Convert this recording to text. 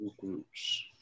Groups